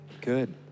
good